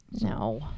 No